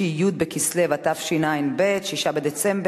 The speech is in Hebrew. אנחנו עוברים לתוצאות: בעד, 13,